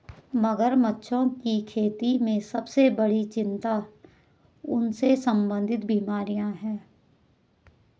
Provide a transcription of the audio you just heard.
मगरमच्छों की खेती में सबसे बड़ी चिंता उनसे संबंधित बीमारियां हैं?